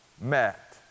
met